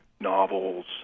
novels